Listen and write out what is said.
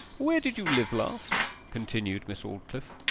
where did you live last continued miss aldclyffe.